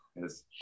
yes